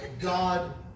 God